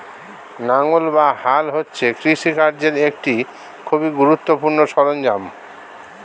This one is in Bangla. লাঙ্গল বা হাল হচ্ছে কৃষিকার্যের একটি খুবই গুরুত্বপূর্ণ সরঞ্জাম